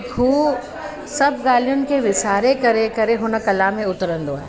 हू सभु ॻाल्हियुनि विसारे करे करे हुन कला में उतरंदो आहे